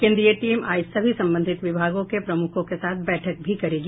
केन्द्रीय टीम आज सभी संबंधित विभागों के प्रमुखों के साथ बैठक भी करेगी